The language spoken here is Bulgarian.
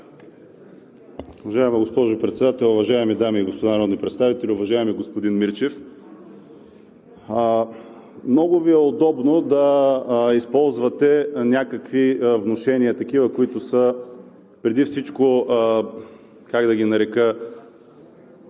Уважаема госпожо Председател, уважаеми дами и господа народни представители! Уважаеми господин Мирчев, много Ви е удобно да използвате някакви внушения, които са преди всичко как да ги нарека,